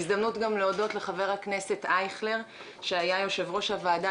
הזדמנות להודות לחבר הכנסת אייכלר שהיה יושב-ראש הוועדה